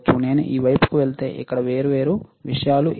నేను ఈ వైపుకు వెళితే ఇక్కడ వేర్వేరు విషయాలు ఏమిటి